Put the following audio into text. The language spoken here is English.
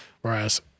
Whereas